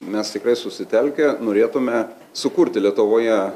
mes tikrai susitelkę norėtume sukurti lietuvoje